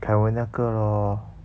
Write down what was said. taiwan 那个 lor